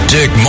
Dick